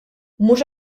mhux